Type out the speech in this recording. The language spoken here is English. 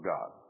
God